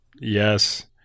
Yes